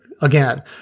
Again